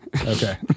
Okay